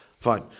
Fine